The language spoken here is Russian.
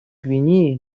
гвинеи